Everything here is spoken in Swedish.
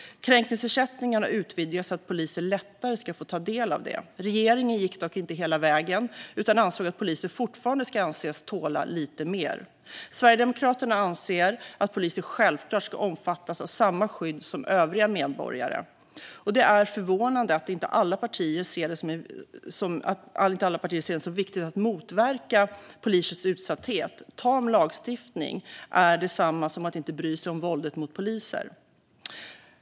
Kränkningsersättningen har utvidgats så att poliser lättare ska få ta del av den. Regeringen gick dock inte hela vägen utan ansåg att poliser fortfarande ska anses tåla lite mer. Sverigedemokraterna anser att poliser självklart ska omfattas av samma skydd som övriga medborgare. Det är förvånande att inte alla partier ser det som viktigt att motverka polisers utsatthet. Tam lagstiftning är detsamma som att inte bry sig om våldet mot poliser.